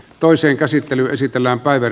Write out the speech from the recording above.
toisen käsittelyn esitellään päivä